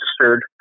registered